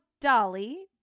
Dolly